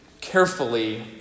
carefully